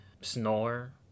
snore